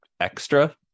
extra